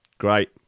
great